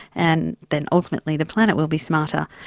and then ultimately the planet will be smarter.